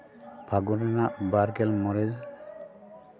ᱯᱷᱟᱹᱜᱩᱱ ᱨᱮᱱᱟᱜ ᱵᱟᱨ ᱜᱮᱞ ᱢᱚᱬᱮ